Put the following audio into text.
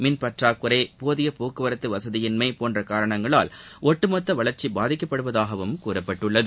மின் பற்றாக்குறை போதிய போக்குவரத்து வசதியின்மை போன்ற காரணங்களால் ஒட்டுமொத்த வளர்ச்சி பாதிக்கப்படுவதாகவும் கூறப்பட்டுள்ளது